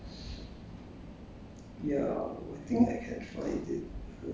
多一点的 um